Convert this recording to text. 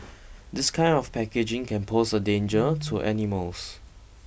this kind of packaging can pose a danger to animals